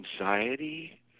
anxiety